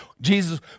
jesus